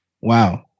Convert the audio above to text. Wow